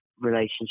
relationship